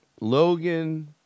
Logan